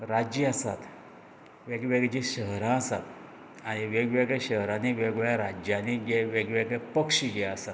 राज्यां आसात वेगळीं वेगळीं जी शहरां आसात वेगळे वेगळे शहरांनी वेगळे वेगळे राज्यांनी वेगळे वेगळे पक्ष जे आसा